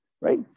right